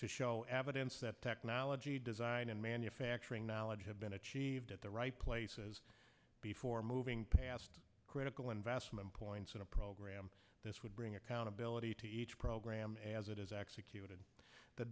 to show evidence that technology design and manufacturing knowledge had been achieved at the right places before moving past critical investment points in a program this would bring accountability to each program as it is executed the